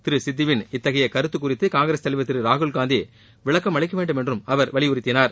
திரு சித்துவின் இததகைய கருத்து குறித்து காங்கிரஸ் தலைவர் திரு ராகுல்காந்தி விளக்கமளிக்கவேண்டும் என்றும் அவர் வலியுறுததினார்